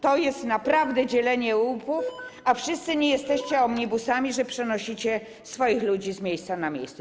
To jest naprawdę dzielenie łupów, a wszyscy nie jesteście omnibusami, żeby przenosić swoich ludzi z miejsca na miejsce.